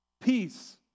Peace